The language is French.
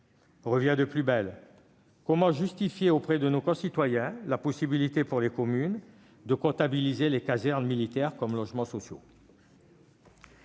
revient de plus belle. Comment justifier auprès de nos concitoyens la possibilité pour les communes de comptabiliser des casernes militaires comme logements sociaux ?